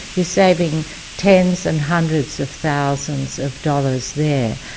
you're saving tens and hundreds of thousands of dollars there,